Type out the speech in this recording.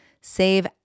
Save